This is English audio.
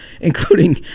including